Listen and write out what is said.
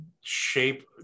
shape